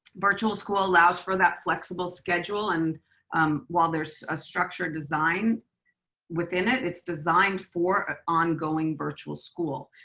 virtual school allows for that flexible schedule. and while there's a structured design within it, it's designed for an ongoing virtual school.